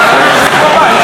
הכנסת,